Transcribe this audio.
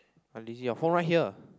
I lazy your phone right here